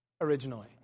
originally